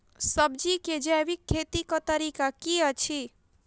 सब्जी केँ जैविक खेती कऽ तरीका की अछि?